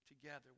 together